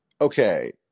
Okay